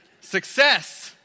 Success